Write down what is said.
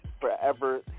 forever